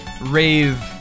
rave